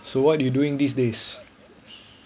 so what you doing these days